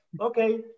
Okay